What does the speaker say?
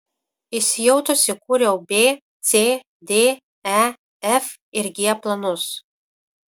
įsijautusi kūriau b c d e f ir g planus